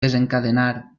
desencadenar